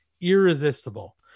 irresistible